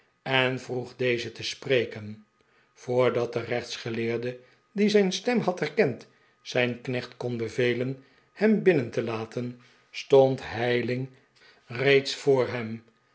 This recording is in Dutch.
en vroeg dezen te spreken voordat de rechtsgeleerde die zijn stem had herkend zijn knecht kon bevelen hem binnen te laten stond heyling reeds voor hem